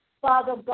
Father